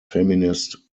feminist